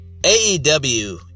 AEW